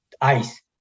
ICE